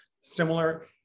similar